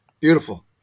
Beautiful